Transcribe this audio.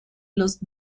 los